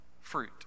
fruit